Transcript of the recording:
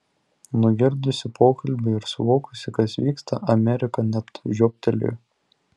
nugirdusi pokalbį ir suvokusi kas vyksta amerika net žiobtelėjo